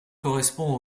correspond